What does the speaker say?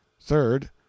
Third